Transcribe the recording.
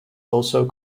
also